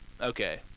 Okay